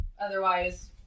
otherwise